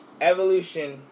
Evolution